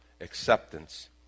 acceptance